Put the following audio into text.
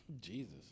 jesus